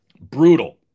brutal